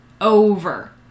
over